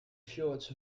fjords